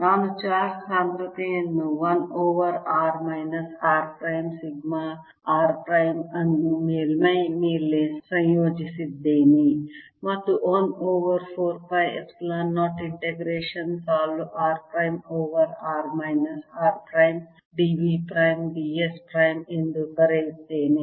ನಾನು ಚಾರ್ಜ್ ಸಾಂದ್ರತೆಯನ್ನು 1 over r minus r prime sigma r prime ಅನ್ನು ಮೇಲ್ಮೈ ಮೇಲೆ ಸಂಯೋಜಿಸಿದ್ದೇನೆ ಮತ್ತು 1 ಓವರ್ 4 ಪೈ ಎಪ್ಸಿಲಾನ್ 0 ಇಂಟಿಗ್ರೇಶನ್ ಸಾಲು r prime over r minus r prime d v prime d s prime ಎಂದು ಬರೆಯುತ್ತೇನೆ